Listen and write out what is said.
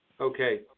Okay